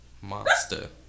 Monster